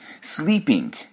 sleeping